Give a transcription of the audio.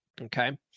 Okay